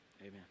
amen